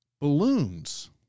Balloons